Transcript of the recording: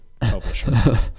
publisher